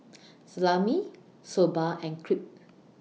Salami Soba and Crepe